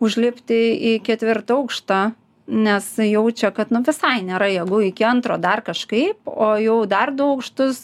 užlipti į ketvirtą aukštą nes jaučia kad nu visai nėra jėgų iki antro dar kažkaip o jau dar du aukštus